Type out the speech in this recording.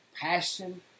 passion